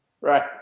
Right